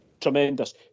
Tremendous